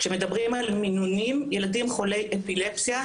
ואומר שילדים בעלי אפילפסיה,